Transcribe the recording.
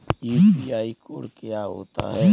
UPI code क्या होता है?